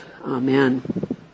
Amen